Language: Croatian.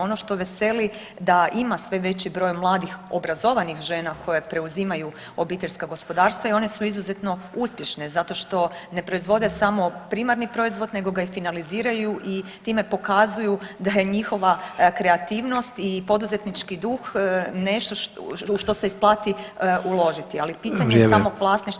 Ono što veseli da ima sve veći broj mladih obrazovanih žena koje preuzimaju obiteljska gospodarstva i one su izuzetno uspješne zato što ne proizvode samo primarni proizvod nego ga i finaliziraju i time pokazuju da je njihova kreativnost i poduzetnički duh nešto u što se isplati uložiti, ali pitanje je samog [[Upadica: Vrijeme.]] vlasništva je nešto